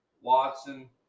Watson